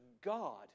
God